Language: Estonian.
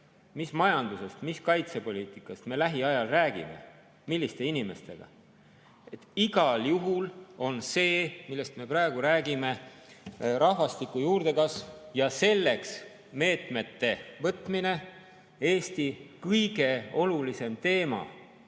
mis majandusest, mis kaitsepoliitikast me lähiajal räägime, milliste inimestega? Igal juhul on see, millest me praegu räägime – rahvastiku juurdekasv ja selleks meetmete võtmine –, Eesti kõige olulisem teema.